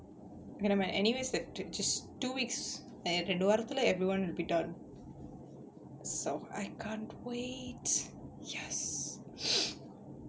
okay never mind anyways just two weeks ரெண்டு வாரத்துல:rendu vaarathula and everyone will be done so I can't wait yes